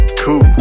Cool